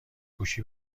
گوشی